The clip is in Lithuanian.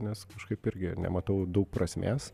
nes kažkaip irgi nematau daug prasmės